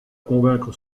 convaincre